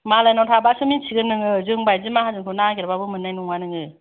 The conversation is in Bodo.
मालायनाव थाबासो मिनथिगोन नोङो जोंबायदि माहाजोनखौ नागिरबाबो मोननाय नङा नोङो